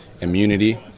immunity